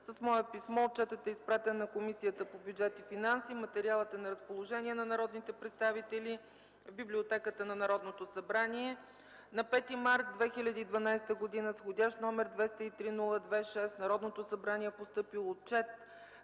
С мое писмо отчетът е изпратен на Комисията по бюджет и финанси. Материалът е на разположение на народните представители в Библиотеката на Народното събрание. На 5 март 2012 г. с вх. № 203-02-6 в Народното събрание е постъпил Отчет